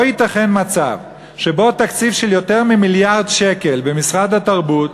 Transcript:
לא ייתכן מצב שבו תקציב של יותר ממיליארד שקל במשרד התרבות,